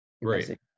Right